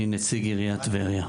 אני נציג עיריית טבריה.